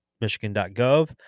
Michigan.gov